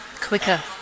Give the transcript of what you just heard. quicker